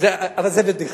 אבל זו בדיחה.